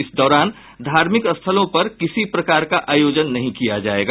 इस दौरान धार्मिक स्थलों पर किसी प्रकार का आयोजन नहीं किया जायेगा